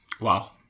Wow